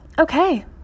Okay